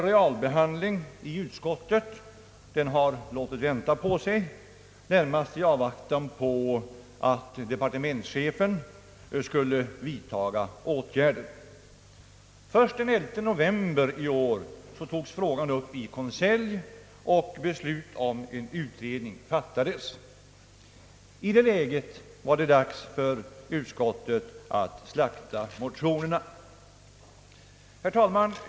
Realbehandlingen i utskottet har emellertid låtit vänta på sig, närmast i avvaktan på att departementschefen skulle vidtaga åtgärder. Först den 11 november togs frågan upp i konselj, och beslut om en utredning fattades. I det läget var det dags för utskottet att slakta motionerna. Herr talman!